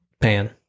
pan